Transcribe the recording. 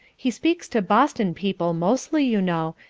he speaks to boston people mostly, you know,